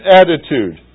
attitude